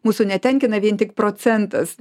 mūsų netenkina vien tik procentas